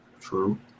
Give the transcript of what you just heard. True